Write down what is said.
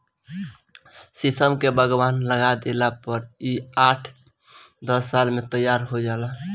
शीशम के बगवान लगा देला पर इ आठ दस साल में तैयार हो जाला